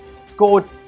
scored